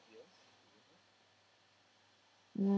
mm